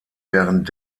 während